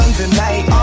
tonight